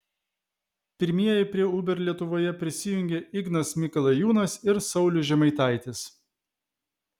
pirmieji prie uber lietuvoje prisijungė ignas mikalajūnas ir saulius žemaitaitis